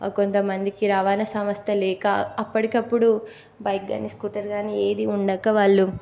కొంతమందికి రవాణా సంస్థ లేక అప్పటికప్పుడు బైక్ కానీ స్కూటర్ కానీ ఏది ఉండక వాళ్ళు